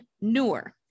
noor